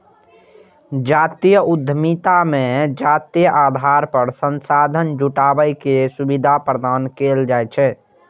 जातीय उद्यमिता मे जातीय आधार पर संसाधन जुटाबै के सुविधा प्रदान कैल जाइ छै